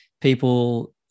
people